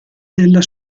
della